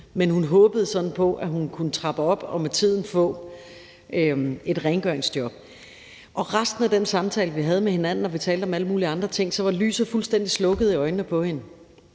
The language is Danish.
men hun håbede sådan på, at hun kunne trappe op og med tiden få et rengøringsjob. Resten af den samtale, vi havde med hinanden, når vi talte om alle mulige andre ting, var lyset fuldstændig slukket i øjnene på hende.